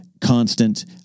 constant